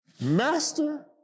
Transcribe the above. Master